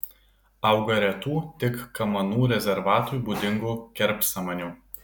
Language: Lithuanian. auga retų tik kamanų rezervatui būdingų kerpsamanių